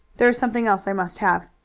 there is something else i must have.